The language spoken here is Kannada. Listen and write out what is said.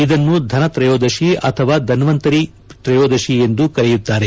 ಇದನ್ನು ಧನ್ತ್ರಯೋದಶಿ ಅಥವಾ ಧನ್ವಂತರಿ ತ್ರಯೋದಶಿ ಎಂದೂ ಕರೆಯುತ್ತಾರೆ